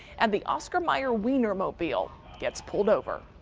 and the oscar meyer wienermobile gets pulled over.